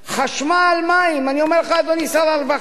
חשמל, מים, אני אומר לך, אדוני, שר הרווחה,